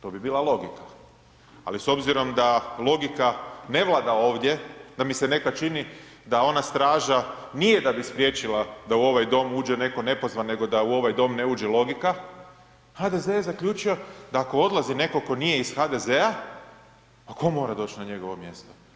To bi bila logika, ali s obzirom da logika ne vlada ovdje, da mi se nekad čini da ona straža nije da bi spriječila da u ovaj Dom uđe netko nepozvan nego da u ovaj Dom ne uđe logika, HDZ je zaključio da ako odlazi netko tko nije iz HDZ-a, a tko mora doći na njegovo mjesto?